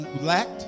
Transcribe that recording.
lacked